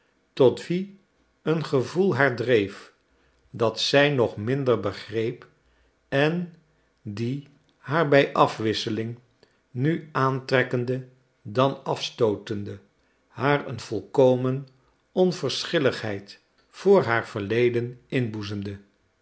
tot wien een gevoel haar dreef dat zij nog minder begreep en die haar bij afwisseling nu aantrekkende dan afstootende haar een volkomen onverschilligheid voor haar verleden